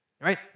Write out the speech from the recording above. right